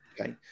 Okay